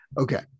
okay